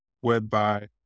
whereby